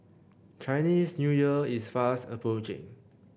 Chinese New Year is fast approaching